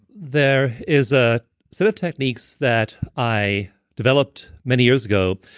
there is a sort of techniques that i developed many years ago,